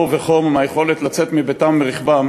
מאור ומחום ומהיכולת לצאת מביתם או מרכבם,